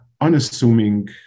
unassuming